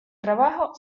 trabajo